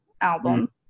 album